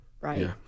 right